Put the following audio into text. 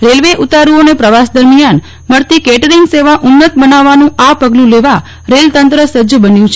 railway ઉતારુઓને પ્રવાસ દરમિયાન મળતી કેટરિંગ સેવા ઉન્નત બનાવવાનું આ પગલું લેવા રેલતંત્ર સજ્જ થયું છે